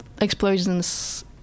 explosions